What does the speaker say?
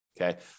Okay